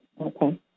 Okay